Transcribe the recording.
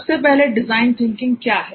सबसे पहले design thinking क्या है